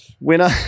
winner